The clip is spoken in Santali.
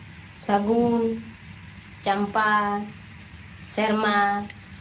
ᱥᱟᱹᱜᱩᱱ ᱪᱟᱢᱯᱟ ᱥᱮᱨᱢᱟ